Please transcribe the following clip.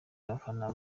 abafana